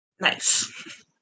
Nice